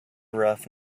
rough